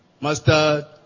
master